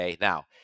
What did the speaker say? Now